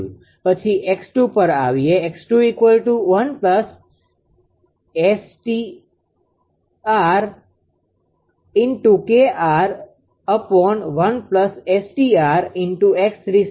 પછી 𝑥2̇ પર આવીએ